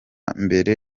mbere